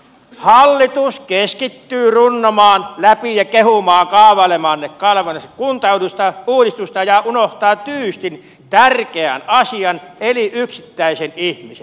hallitus keskittyy runnomaan läpi ja kehumaan nämä leimaa tällä välin kun kaavailemaansa kuntauudistusta ja unohtaa tyystin tärkeän asian eli yksittäisen ihmisen